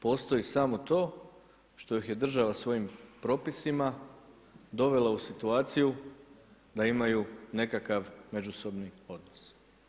Postoji samo to, što ih je država svojim propisima dovela u situaciju da imaju nekakav međusobni odnos.